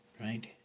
right